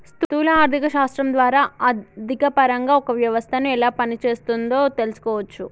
స్థూల ఆర్థిక శాస్త్రం ద్వారా ఆర్థికపరంగా ఒక వ్యవస్థను ఎలా పనిచేస్తోందో తెలుసుకోవచ్చు